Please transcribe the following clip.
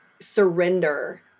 surrender